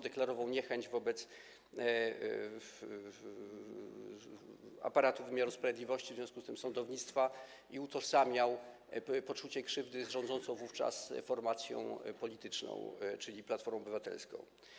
Deklarował niechęć wobec aparatu wymiaru sprawiedliwości, w związku z tym i sądownictwa, i utożsamiał poczucie krzywdy z rządzącą wówczas formacją polityczną, czyli Platformą Obywatelską.